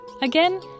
Again